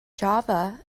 java